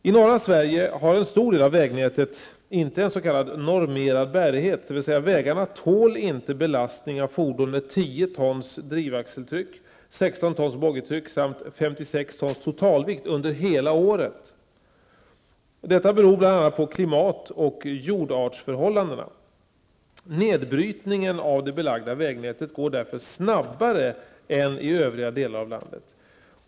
I norra Sverige har en stor del av vägnätet inte en s.k. normerad bärighet, dvs. vägarna tål inte belastning av fordon med 10 tons drivaxeltryck, 16 tons boggietryck samt 56 tons totalvikt under hela året. Detta beror bl.a. på klimat och jordartsförhållandena. Nedbrytningen av det belagda vägnätet går därför snabbare än i övriga delar av landet.